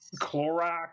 Clorox